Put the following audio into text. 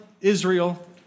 Israel